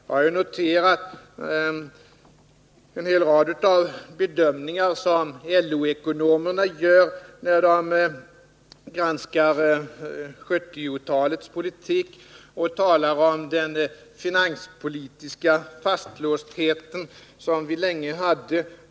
Jag har noterat en hel rad bedömningar som LO ekonomerna gör när de granskar 1970-talets politik och talar om den finanspolitiska fastlåsthet som vi länge hade.